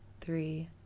three